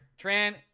Tran